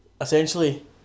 essentially